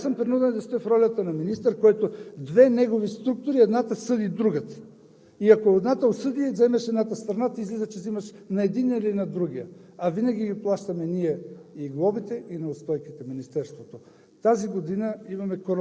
Следващия път, ако той пък спечели, другите обжалват срещу него. Аз съм принуден да стоя в ролята на министър, който в две негови структури – едната съди другата, и ако едната осъди и вземеш едната страна, излиза, че ти взимаш страната на единия или на другия. А винаги ги плащаме ние,